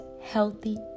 healthy